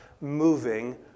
moving